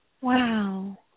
Wow